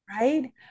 Right